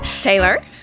Taylor